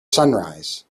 sunrise